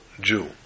Jew